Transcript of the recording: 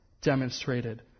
demonstrated